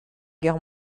guerre